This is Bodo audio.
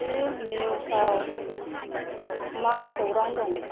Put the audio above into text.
जि निउस आव मा खौरां दं